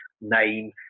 name